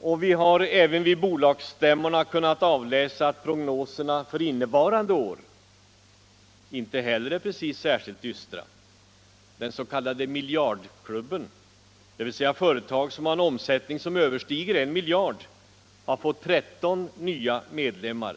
och vi har även vid bolagsstämmorna kunnat avläsa prognoserna för innevarande år — de är inte heller särskilt dystra. Den s.k. miljardklubben, dvs. företag med en omsättning som överstiger 1 miljard, har fått 13 nya medlemmar.